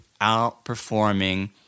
outperforming